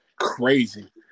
Crazy